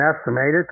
estimated